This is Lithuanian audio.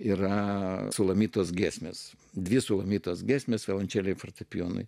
yra sulamitos giesmės dvi sulamitos giesmės violončelei fortepijonui